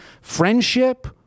friendship